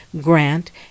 Grant